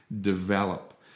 develop